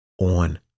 on